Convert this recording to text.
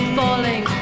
falling